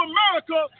America